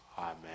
Amen